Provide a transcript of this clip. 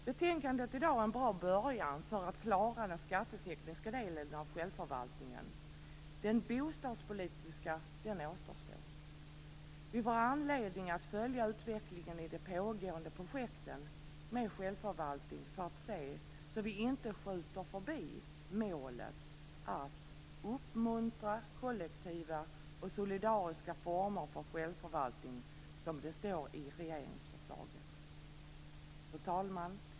Betänkandet i dag är en bra början för att klara den skattetekniska delen av självförvaltningen. Den bostadspolitiska återstår. Vi får anledning att följa utvecklingen i de pågående projekten med självförvaltning för att se till att vi inte skjuter över målet att uppmuntra kollektiva och solidariska former för självförvaltning, som det står i regeringsförslaget. Fru talman!